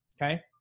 Okay